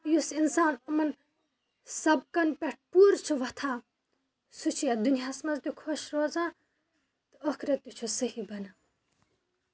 یُس اِنسان یِمَن سبقَن پٮ۪ٹھ پوٗرٕ چھُ وۄتھان سُہ چھُ یَتھ دُنیاہَس منٛز تہِ خۄش روزان تہٕ ٲخٕرَت تہِ چھُس صحیح بنان